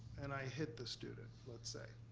and i hit the student, let's say.